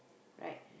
right